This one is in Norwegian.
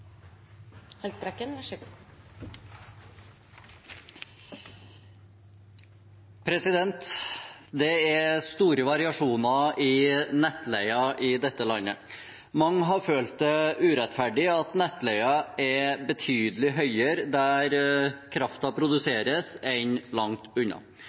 store variasjoner i nettleien i dette landet. Mange har følt det urettferdig at nettleien er betydelig høyere der kraften produseres, enn langt unna.